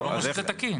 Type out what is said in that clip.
אבל זה לא אומר שזה תקין.